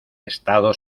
estado